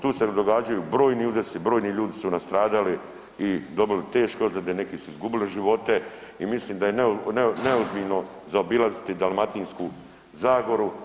Tu se događaju brojni udesi, brojni ljudi su nastradali i dobili teške ozljede, neki su izgubili živote i mislim da je neozbiljno zaobilaziti Dalmatinsku zagoru.